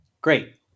Great